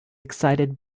excited